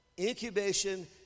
incubation